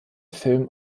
film